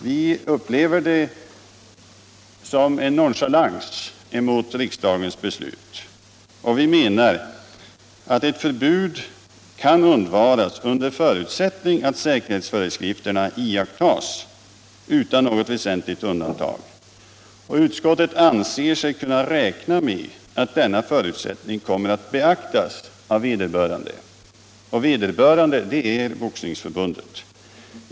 Vi upplever det som en nonchalans mot riksdagens beslut och menar att ett förbud kan undvaras, under förutsättning att säkerhetsföreskrifterna iakttas utan något väsentligt undantag. Utskottet anser sig kunna räkna med att detta uttalande kommer att beaktas av vederbörande. Och vederbörande är Boxningsförbundet.